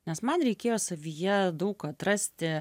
nes man reikėjo savyje daug atrasti